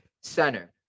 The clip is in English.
center